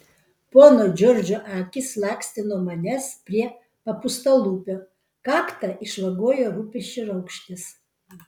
pono džordžo akys lakstė nuo manęs prie papūstalūpio kaktą išvagojo rūpesčio raukšlės